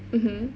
mmhmm